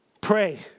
pray